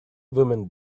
women